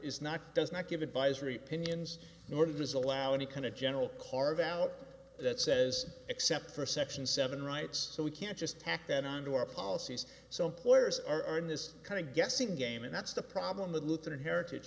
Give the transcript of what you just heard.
is not does not give advisory pinions nor does allow any kind of general carve out that says except for section seven rights so we can't just tack that onto our policies so employers are in this kind of guessing game and that's the problem with luther heritage